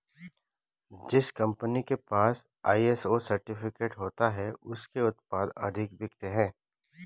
जिस कंपनी के पास आई.एस.ओ सर्टिफिकेट होता है उसके उत्पाद अधिक बिकते हैं